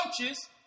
coaches